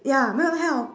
ya mine no health